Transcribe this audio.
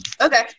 okay